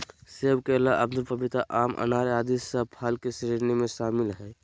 सेब, केला, अमरूद, पपीता, आम, अनार आदि सब फल के श्रेणी में शामिल हय